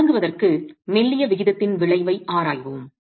எனவே தொடங்குவதற்கு மெல்லிய விகிதத்தின் விளைவை ஆராய்வோம்